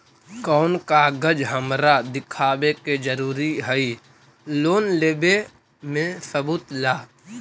कौन कागज हमरा दिखावे के जरूरी हई लोन लेवे में सबूत ला?